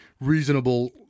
reasonable